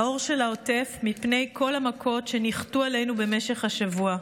האור שלה עוטף מפני כל המכות שניחתו עלינו במשך השבוע,